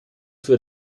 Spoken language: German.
für